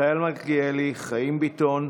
מיכאל מלכיאלי, חיים ביטון,